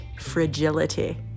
fragility